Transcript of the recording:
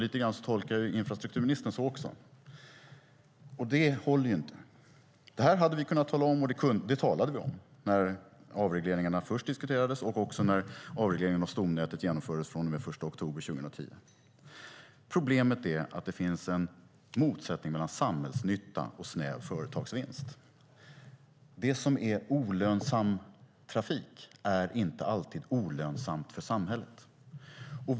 Lite grann tolkar jag också infrastrukturministern på det sättet. Detta håller inte. Det hade vi kunnat tala om, och det talade vi om när avregleringarna först diskuterades och också när avregleringen av stomnätet genomfördes från och med den 1 oktober 2010. Problemet är att det finns en motsättning mellan samhällsnytta och snäv företagsvinst. Det som är olönsam trafik är inte alltid olönsamt för samhället.